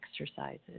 exercises